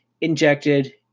injected